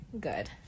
good